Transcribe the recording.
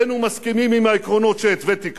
ברגע שבו רובנו מסכימים עם העקרונות שהתוויתי כאן,